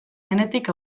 denetik